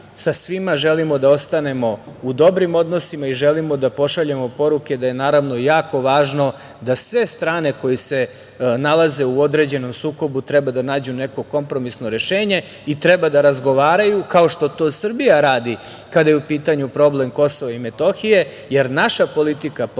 Sa svima želimo da ostanemo u dobrim odnosima i želimo da pošaljemo poruke da je naravno jako važno da sve strane koje se nalaze u određenom sukobu treba da nađu neko kompromisno rešenje i treba da razgovaraju, kao što to Srbija radi kada je u pitanju problem Kosova i Metohije, jer naša politika, politika